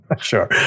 Sure